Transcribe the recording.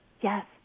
Yes